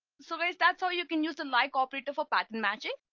so guys, that's how you can use the like operator for pattern matching.